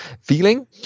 feeling